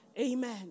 Amen